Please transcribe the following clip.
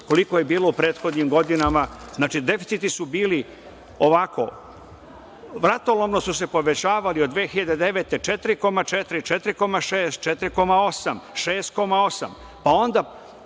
koliko je bilo u prethodnim godinama. Deficiti su bili ovako, vratolomno su se povećavali od 2009. godine, 4,4%, 4,6%, 4,8%,